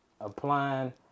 applying